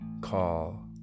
call